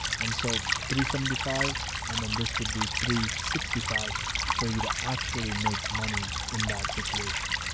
and so three seventy five, and then this would be three sixty five for you to actually make money in that situation.